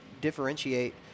differentiate